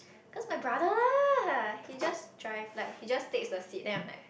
cause my brother lah he just drives like he just takes the seat then I'm like